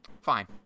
fine